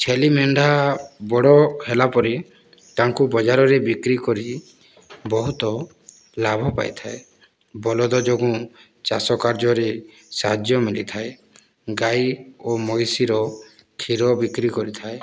ଛେଳି ମେଣ୍ଢା ବଡ଼ ହେଲାପରେ ତାଙ୍କୁ ବଜାରରେ ବିକ୍ରି କରି ବହୁତ ଲାଭ ପାଇଥାଏ ବଳଦ ଯୋଗୁଁ ଚାଷ କାର୍ଯ୍ୟରେ ସାହାଯ୍ୟ ମିଳିଥାଏ ଗାଈ ଓ ମଇଁଷିର କ୍ଷୀର ବିକ୍ରି କରିଥାଏ